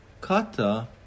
Kata